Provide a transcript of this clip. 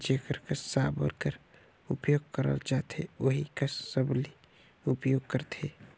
जेकर कस साबर कर उपियोग करल जाथे ओही कस सबली उपियोग करथे